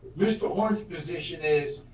mr. horn's position is,